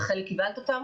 רחלי קיבלת אותם?